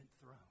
throne